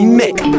make